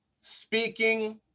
speaking